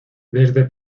desde